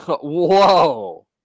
Whoa